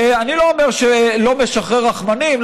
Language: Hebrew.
ואני לא אומר שלא משחרר רחמנים,